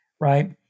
right